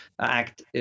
act